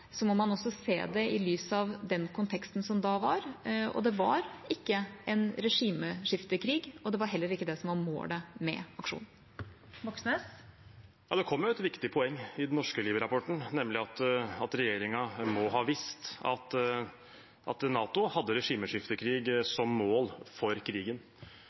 må man også se det i lys av den konteksten som da var. Det var ikke en regimeskiftekrig, og det var heller ikke det som var målet med aksjonen. Det åpnes for oppfølgingsspørsmål – først Bjørnar Moxnes. Ja, det kom et viktig poeng i den norske Libya-rapporten, nemlig at regjeringen må ha visst at NATO hadde regimeskiftekrig som mål for krigen.